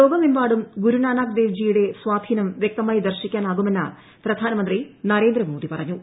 ലോകമെമ്പാടും ഗുരു നാനാക് ദേവ് ജിയുടെ സ്വാധീനം വ്യക്തമായി ദർശിക്കാനാകുമെന്ന് പ്രധാനമന്ത്രി നരേന്ദ്ര മോദി പറഞ്ഞു